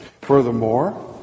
Furthermore